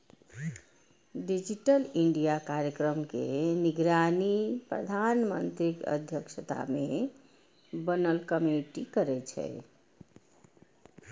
digital India कार्यक्रम के निगरानी प्रधानमंत्रीक अध्यक्षता मे बनल कमेटी करै छै